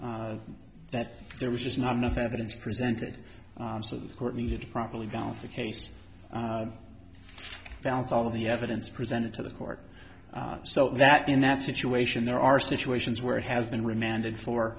that there was just not enough evidence presented to the court needed to properly balance the case to balance all of the evidence presented to the court so that in that situation there are situations where it has been remanded for